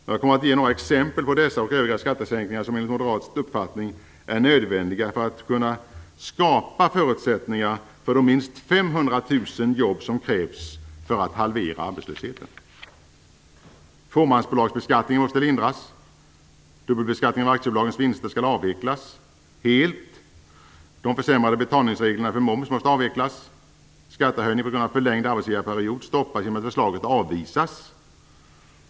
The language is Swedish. Jag kommer nu att ge några exempel på dessa och övriga skattesänkningar som enligt moderat uppfattning är nödvändiga för att man skall kunna skapa förutsättningar för de minst 500 000 jobb som krävs för att halvera arbetslösheten: Fåmansbolagsbeskattningen måste lindras. Dubbelbeskattningen av aktiebolagens vinster skall avvecklas helt. De försämrade betalningsreglerna för moms måste avvecklas. Skattehöjning på grund av förlängd arbetsgivarperiod stoppas genom att förslaget avvisas.